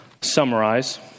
summarize